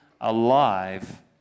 alive